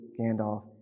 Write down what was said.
Gandalf